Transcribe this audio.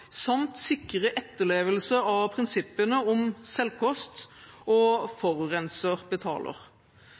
samt sikre etterlevelse av prinsippene om selvkost og «forurenser betaler».